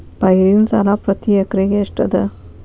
ಪೈರಿನ ಸಾಲಾ ಪ್ರತಿ ಎಕರೆಗೆ ಎಷ್ಟ ಅದ?